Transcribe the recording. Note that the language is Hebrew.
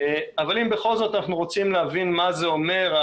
אם בכל זאת אנחנו רוצים להבין מה זה אומר,